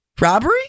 Robbery